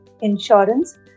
insurance